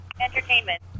Entertainment